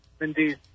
Indeed